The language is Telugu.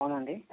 అవునండి